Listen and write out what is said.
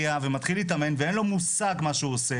ומתחיל להתאמן ואין לו מושג מה שהוא עושה